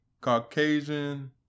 Caucasian